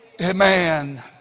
Amen